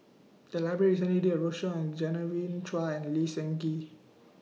The Library recently did A roadshow on Genevieve Chua and Lee Seng Gee